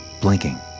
blinking